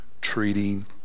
treating